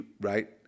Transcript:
right